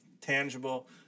tangible